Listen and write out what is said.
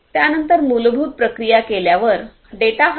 त्यानंतर मूलभूत प्रक्रिया केल्यावर डेटा हलविला जाऊ शकतो